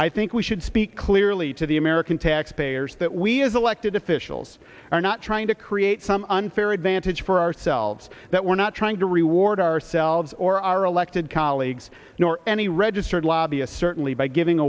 i think we should speak clearly to the american taxpayers that we as elected officials are not trying to create some unfair advantage for ourselves that we're not trying to reward ourselves or our elected colleagues nor any registered lobbyist certainly by giving